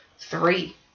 three